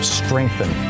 strengthen